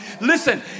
listen